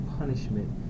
punishment